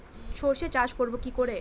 সর্ষে চাষ করব কি করে?